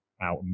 out